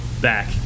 back